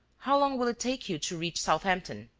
how long will it take you to reach southampton?